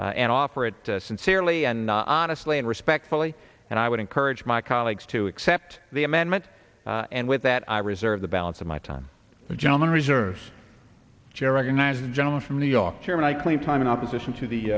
and offer it sincerely and honestly and respectfully and i would encourage my colleagues to accept the amendment and with that i reserve the balance of my time the gentleman reserves general united gentleman from new york chairman i clean time in opposition to the